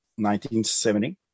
1970